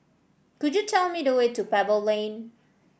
could you tell me the way to Pebble Lane